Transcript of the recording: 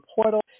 portal